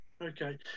okay